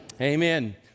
Amen